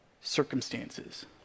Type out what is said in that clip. circumstances